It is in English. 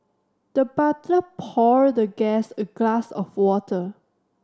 the butler poured the guest a glass of water